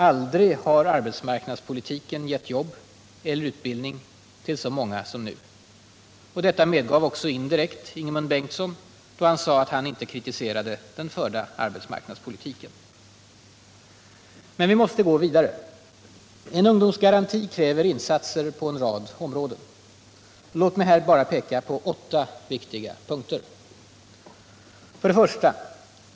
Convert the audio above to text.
Aldrig har arbetsmarknadspolitiken givit jobb eller utbildning till så många som nu. Detta medgav också indirekt Ingemund Bengtsson, då han sade att han inte kritiserade den förda arbetsmarknadspolitiken. Men vi måste gå vidare. En ungdomsgaranti kräver insatser på en rad områden. Låt mig här bara peka på åtta viktiga punkter: 1.